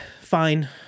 Fine